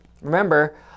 remember